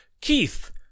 keith